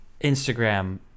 Instagram